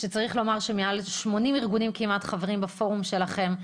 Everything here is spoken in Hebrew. צריך לומר שכ-80 ארגונים חברים בפורום שלכם,